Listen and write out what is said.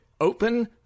open